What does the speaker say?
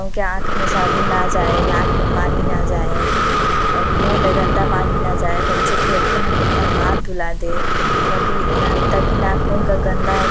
उनके आँख में साबुन ना जाए नाक में पानी ना जाए और मुँह में गंदा पानी ना जाए बच्चे खेलते हैं तो उनका हाथ धुला दें बल्कि ना ताकि नाखून का गंदा